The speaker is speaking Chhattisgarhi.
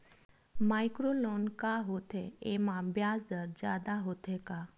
माइक्रो लोन का होथे येमा ब्याज दर जादा होथे का?